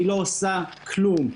היא לא עושה כלום.